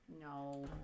No